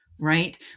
right